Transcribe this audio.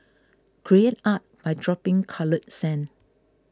create art by dropping coloured sand